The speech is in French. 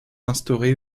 instauré